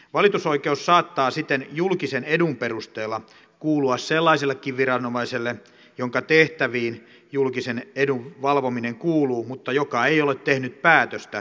valitusoikeus saattaa siten julkisen edun perusteella kuulua sellaisellekin viranomaiselle jonka tehtäviin julkisen edun valvominen kuuluu mutta joka ei ole tehnyt päätöstä kyseisessä asiassa